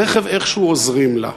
רכב, איכשהו עוזרים לה.